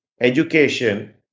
education